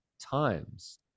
times